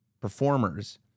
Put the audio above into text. performers